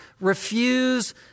refuse